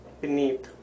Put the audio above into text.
beneath